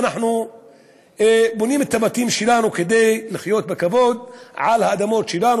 אנחנו בונים את הבתים שלנו כדי לחיות בכבוד על האדמות שלנו.